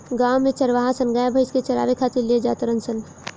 गांव में चारवाहा सन गाय भइस के चारावे खातिर ले जा तारण सन